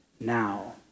now